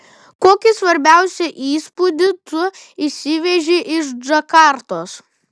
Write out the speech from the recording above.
kokį svarbiausią įspūdį tu išsiveži iš džakartos